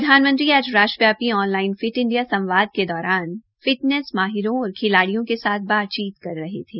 प्रधानमंत्री आज राष्ट्रव्यापी ऑन लाइन फिट इंडिया संवाद क दौरान फिटनेस माहिरों और खिलाड्डियों के साथ बातचीत कर रहे थे